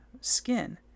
skin